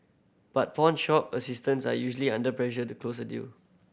but pawnshop assistants are usually under pressure to close a deal